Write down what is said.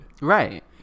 Right